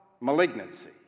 malignancy –